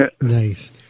nice